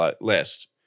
list